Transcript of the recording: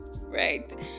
right